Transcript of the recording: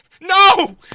No